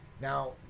now